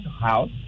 house